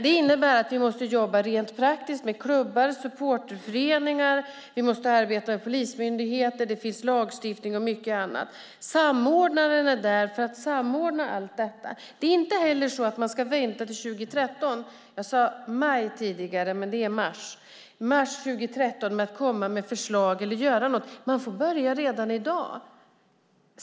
Det innebär att vi måste jobba rent praktiskt med klubbar och supporterföreningar. Vi måste arbeta med polismyndigheter. Det finns lagstiftning och mycket annat. Samordnaren är där för att samordna allt detta. Man ska inte vänta till mars 2013 med att komma med förslag eller göra något. Man får börja redan i dag.